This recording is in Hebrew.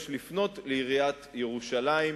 יש לפנות לעיריית ירושלים,